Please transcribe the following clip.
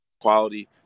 quality